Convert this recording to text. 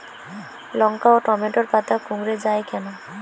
লঙ্কা ও টমেটোর পাতা কুঁকড়ে য়ায় কেন?